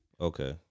Okay